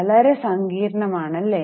വളരെ സങ്കീർണം ആണ് അല്ല